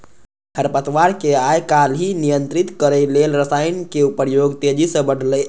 खरपतवार कें आइकाल्हि नियंत्रित करै लेल रसायनक प्रयोग तेजी सं बढ़लैए